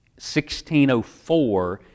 1604